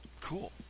Cool